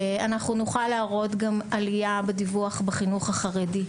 נוכל להראות גם עלייה בדיווח בחינוך החרדי.